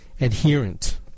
adherent